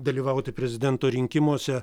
dalyvauti prezidento rinkimuose